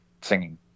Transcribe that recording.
singing